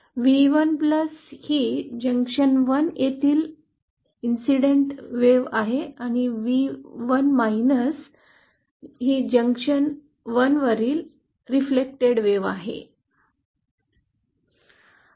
V1 ही junction 1 येथिल आनुषंगिक लाट आहे v1 जंक्शन 1 येथिल परावर्तित लाट आहे